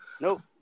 Nope